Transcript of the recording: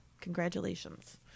congratulations